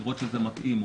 לראות שזה מתאים.